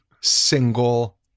single